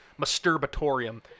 masturbatorium